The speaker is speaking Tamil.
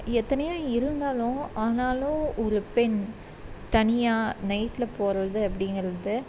எத்தனையோ இருந்தாலும் ஆனாலும் ஒரு பெண் தனியாக நைட்டில் போகிறது அப்படிங்கிறது